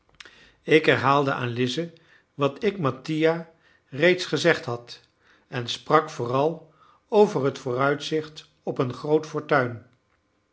ik herhaalde aan lize wat ik mattia reeds gezegd had en sprak vooral over het vooruitzicht op een groot fortuin